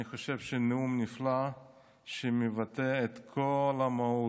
אני חושב שהנאום נפלא ומבטא את כל המהות,